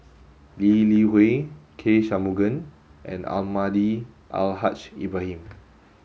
Lee Li Hui K Shanmugam and Almahdi Al Haj Ibrahim